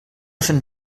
sant